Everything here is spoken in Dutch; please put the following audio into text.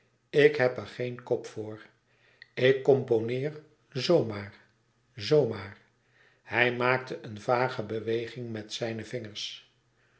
ik heb er geen kop voor ik componeer zoo maar zoo maar hij maakte eene vage beweging met zijne vingers